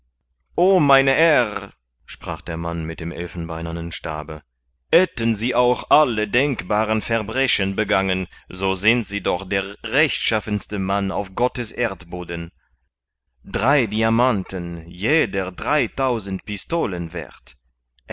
o mein herr sprach der mann mit dem elfenbeinernen stabe hätten sie auch alle denkbaren verbrechen begangen so sind sie doch der rechtschaffenste mann auf gottes erdboden drei diamanten jeder dreitausend pistolen werth